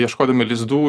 ieškodami lizdų